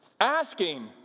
asking